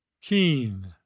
keen